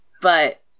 but-